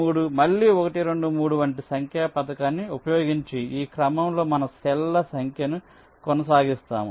3 మళ్ళీ 1 2 3 వంటి సంఖ్యా పథకాన్ని ఉపయోగించి ఈ క్రమంలో మన సెల్ ల సంఖ్యను కొనసాగిస్తాము